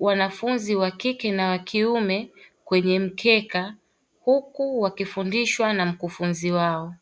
wanafunzi wakike na wakiume, kwenye mkeka, huku wakifundishwa na mkufunzi wao.